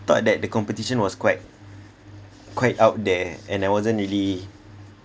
thought that the competition was quite quite out there and I wasn't really